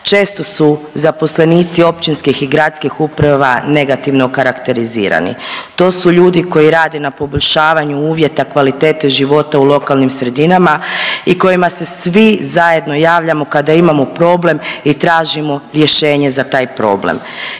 Često su zaposlenici općinskih i gradskih uprava negativno karakterizirani. To su ljudi koji rade na poboljšavaju uvjeta kvalitete života u lokalnim sredinama i kojima se svi zajedno javljamo kada imamo problem i tražimo rješenje za taj problem.